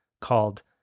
called